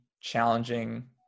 challenging